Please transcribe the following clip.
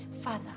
Father